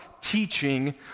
teaching